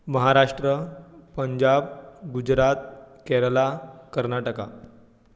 Maharashtra Punjab Gujarat Kerala Karnataka